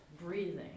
breathing